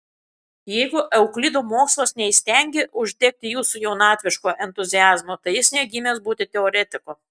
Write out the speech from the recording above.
jeigu euklido mokslas neįstengė uždegti jūsų jaunatviško entuziazmo tai jis negimęs būti teoretiku